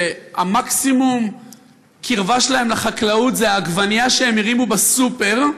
שמקסימום הקרבה שלהם לחקלאות זה העגבנייה שהם הרימו בסופר,